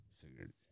figured